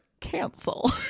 cancel